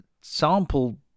sample